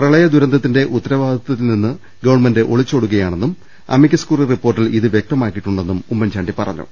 പ്രളയ ദുരന്തത്തിന്റെ ഉത്തരവാദിത്യത്തിൽ നിന്ന് ഗവൺമെന്റ് ഒളിച്ചോടുകയാ ണെന്നും അമിക്കസ് ക്യൂറി റിപ്പോർട്ടിൽ ഇത് വ്യക്തമാക്കിയിട്ടുണ്ടെന്നും ഉമ്മൻചാണ്ടി പറഞ്ഞു